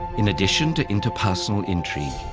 in addition to interpersonal intrigue,